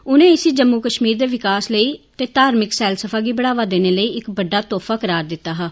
उनें इसी जम्मू कश्मीर दे विकास लेई ते धार्मिक सैलसफा गी बढ़ावा देने लेई इक बड़डा तोहफा करार दित्ता हा